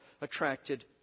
attracted